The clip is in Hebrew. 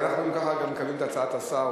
אז אם כן אנחנו מקבלים את הצעת השר,